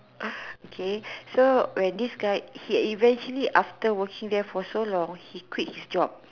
ah okay so when this guy he eventually after working there for long he quit his job